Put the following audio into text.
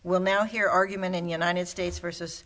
will now hear argument in united states versus